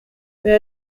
mais